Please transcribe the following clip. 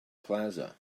plaza